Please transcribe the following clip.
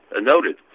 noted